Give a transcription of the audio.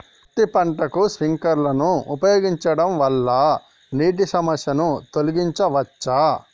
పత్తి పంటకు స్ప్రింక్లర్లు ఉపయోగించడం వల్ల నీటి సమస్యను తొలగించవచ్చా?